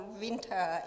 winter